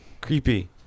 Creepy